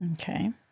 okay